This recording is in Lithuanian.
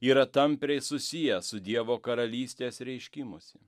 yra tampriai susiję su dievo karalystės reiškimusi